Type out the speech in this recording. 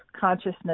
consciousness